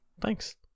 Thanks